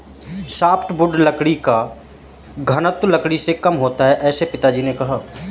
softwood लकड़ी का घनत्व लकड़ी से कम होता है ऐसा पिताजी ने कहा